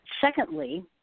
Secondly